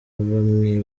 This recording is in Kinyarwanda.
bamwe